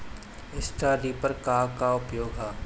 Straw reaper क का उपयोग ह?